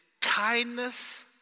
kindness